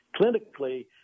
Clinically